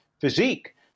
physique